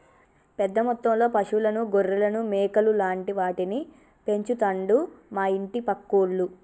పెద్ద మొత్తంలో పశువులను గొర్రెలను మేకలు లాంటి వాటిని పెంచుతండు మా ఇంటి పక్కోళ్లు